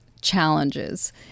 challenges